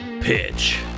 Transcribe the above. Pitch